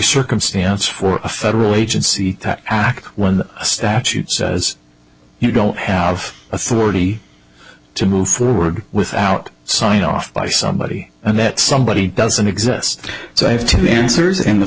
circumstance for a federal agency that act when the statute says you don't have authority to move forward without signed off by somebody and that somebody doesn't exist so i have two answers in the